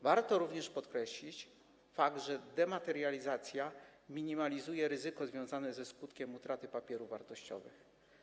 Warto również podkreślić fakt, że dematerializacja minimalizuje ryzyko związane ze skutkiem utraty papierów wartościowych.